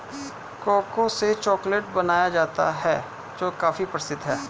cocoa से chocolate बनाया जाता है जो काफी प्रसिद्ध है